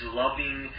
loving